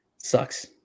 Sucks